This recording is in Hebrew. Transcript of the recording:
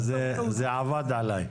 אז זה עבד עליי.